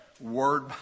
word